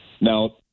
now